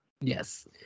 Yes